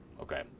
okay